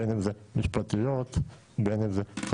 בין אם משפטיות, בין אם זה כלכליות,